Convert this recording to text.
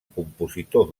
compositor